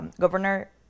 Governor